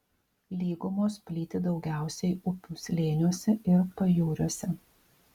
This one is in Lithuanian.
lygumos plyti daugiausiai upių slėniuose ir pajūriuose